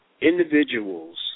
individuals